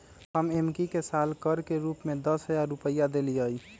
हम एम्की के साल कर के रूप में दस हज़ार रुपइया देलियइ